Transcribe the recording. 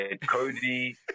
Cody